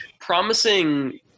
promising